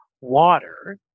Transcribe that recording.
water